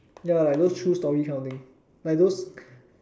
ya like those true story kind of things like those